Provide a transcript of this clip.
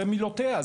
זה מילותיה,